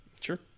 Sure